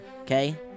okay